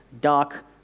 dark